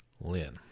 Lin